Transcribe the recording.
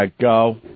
go